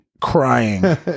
Crying